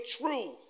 true